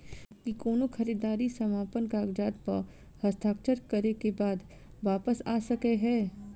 की कोनो खरीददारी समापन कागजात प हस्ताक्षर करे केँ बाद वापस आ सकै है?